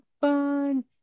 fun